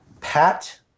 Pat